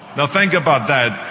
now think about that.